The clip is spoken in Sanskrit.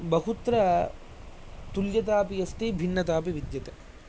बहुत्र तुल्यतापि अस्ति भिन्नतापि विद्यते